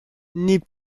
n’est